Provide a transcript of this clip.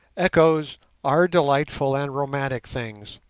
echoes are delightful and romantic things,